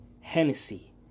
Hennessy